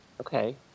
Okay